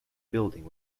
building